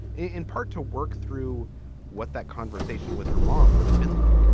in part to work through what that conversation with her mom would have been like